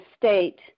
state